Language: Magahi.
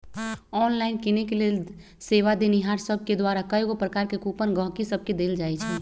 ऑनलाइन किनेके लेल सेवा देनिहार सभके द्वारा कएगो प्रकार के कूपन गहकि सभके देल जाइ छइ